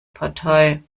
partei